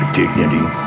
dignity